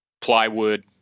plywood